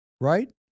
right